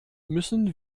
müssen